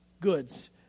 goods